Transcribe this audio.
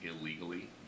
illegally